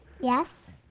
Yes